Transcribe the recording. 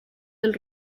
del